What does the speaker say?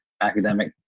academic